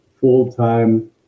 full-time